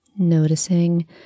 Noticing